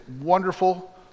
wonderful